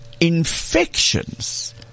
Infections